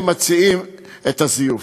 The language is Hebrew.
הם מציעים את הזיוף,